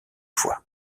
fois